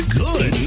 good